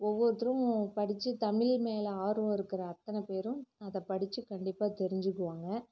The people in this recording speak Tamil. ஒவ்வொருத்தரும் படித்து தமிழ் மேலே ஆர்வம் இருக்கிற அத்தனை பேரும் அதை படித்து கண்டிப்பாக தெரிஞ்சிக்குவாங்க